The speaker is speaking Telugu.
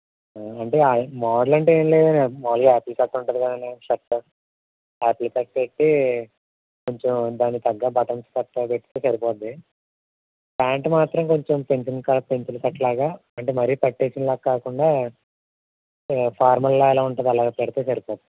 అంటే మోడల్ అంటు ఏమి లేదన్న మామూలుగా ఆపిల్ షర్ట్ ఉంటుంది కదా అన్న షర్టు ఆపిల్ కట్ పెట్టి కొంచెం దానికి తగ్గ బటన్స్ కట్ట పెడితే సరిపోద్ది ప్యాంట్ మాత్రం కొంచెం పెన్సిల్ క పెన్సిల్ కట్లాగా అంటే మరి పట్టేసినలాగా కాకుండా ఫార్మల్లా ఎలా ఉంటుందో అలాగా పెడితే సరిపోద్ది